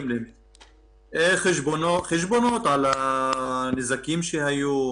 חשבונות על הנזקים שהיו,